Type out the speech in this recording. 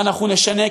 ואנחנו נשנה,